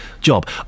job